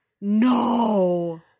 no